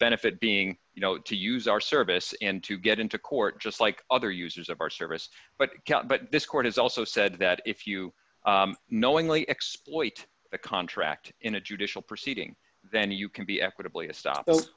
benefit being you know to use our service and to get into court just like other users of our service but but this court has also said that if you knowingly exploit the contract in a judicial proceeding then you can be equitably to stop